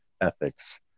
ethics